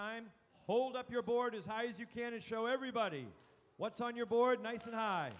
time hold up your board as high as you can to show everybody what's on your board nice